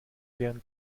wären